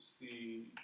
see